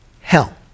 hell